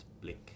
Blink